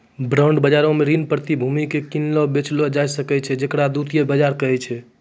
bond बजारो मे ऋण प्रतिभूति के किनलो बेचलो जाय सकै छै जेकरा द्वितीय बजार कहै छै